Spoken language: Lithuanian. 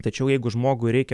tačiau jeigu žmogui reikia